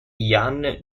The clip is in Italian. ian